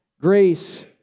grace